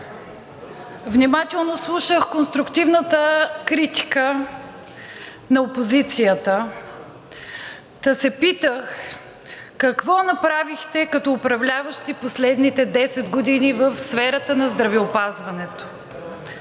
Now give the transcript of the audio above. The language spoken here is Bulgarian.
Внимателно слушах конструктивната критика на опозицията. Та се питах: какво направихте като управляващи в последните 10 години в сферата на здравеопазването?